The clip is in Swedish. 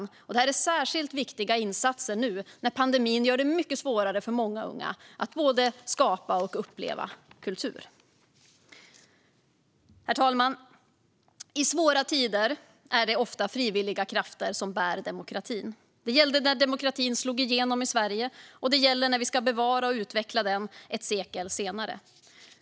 Detta är insatser som är särskilt viktiga nu, när pandemin gör det mycket svårare för många unga att både skapa och uppleva kultur. Herr talman! I svåra tider är det ofta frivilliga krafter som bär demokratin. Det gällde när demokratin slog igenom i Sverige, och det gäller när vi ska bevara och utveckla den ett sekel senare.